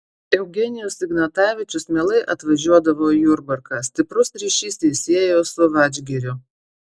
eugenijus ignatavičius mielai atvažiuodavo į jurbarką stiprus ryšys jį siejo su vadžgiriu